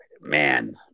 Man